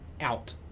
out